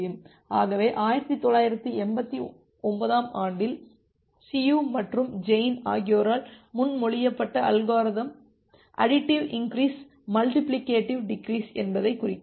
ஆகவே 1989 ஆம் ஆண்டில் சியு மற்றும் ஜெயின் ஆகியோரால் முன்மொழியப்பட்ட algorithm additive increase multiplicative decrease என்பதை குறிக்கிறது